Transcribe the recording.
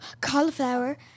cauliflower